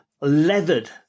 leathered